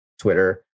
twitter